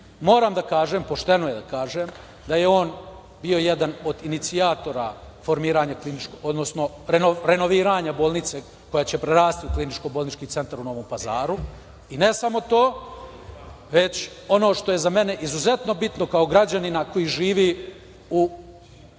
da kažem, pošteno je da kažem, da je on jedan od inicijatora formiranja, odnosno renoviranja bolnice koja će prerasti u kliničko-bolnički centar u Novom Pazaru, i ne samo to, već ono što je za mene izuzetno bitno kao građanina koji živi u